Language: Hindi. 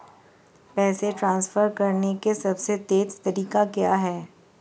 पैसे ट्रांसफर करने का सबसे तेज़ तरीका क्या है?